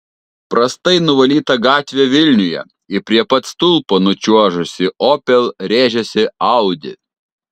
prastai nuvalyta gatvė vilniuje į prie pat stulpo nučiuožusį opel rėžėsi audi